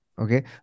okay